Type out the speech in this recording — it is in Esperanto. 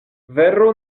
vero